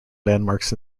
landmarks